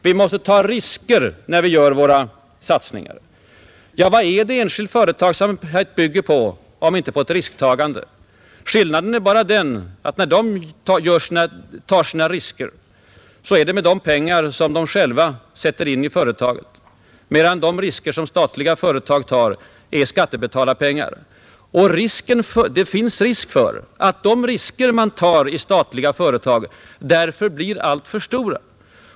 Vi måste ”ta risker” när vi gör våra satsningar. Ja, vad är det enskild företagsamhet bygger på om inte Nr 53 risktagande? Skillnaden är bara den att när de enskilda företagen tar sina risker är det med pengar som de själva sätter in i företagen, medan de statliga företagens risker tas med skattebetalarpengar. Det finns risk för 255555 att de risker man tar i statliga företag därför blir alltför stora! Det är väl Ang.